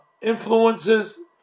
influences